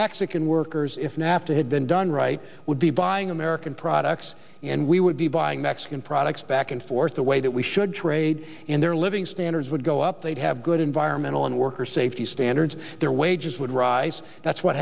mexican workers if nafta had been done right would be buying american products and we would be buying mexican products back and forth the way that we should trade in their living standards would go up they'd have good environmental and worker safety standards their wages would rise what